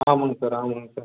ஆமாங்க சார் ஆமாங்க சார்